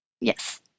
Yes